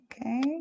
okay